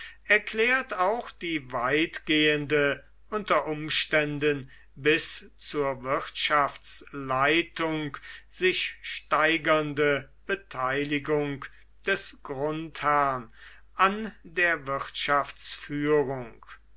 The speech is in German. erklärt auch die weitgehende unter umständen bis zur wirtschaftsleitung sich steigernde beteiligung des grundherrn an der